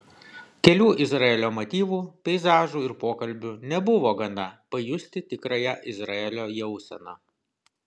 kelių izraelio motyvų peizažų ir pokalbių nebuvo gana pajusti tikrąją izraelio jauseną